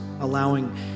allowing